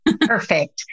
Perfect